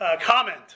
comment